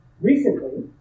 Recently